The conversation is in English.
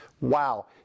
Wow